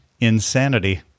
insanity